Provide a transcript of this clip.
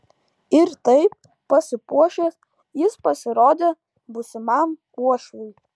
ir taip pasipuošęs jis pasirodė būsimam uošviui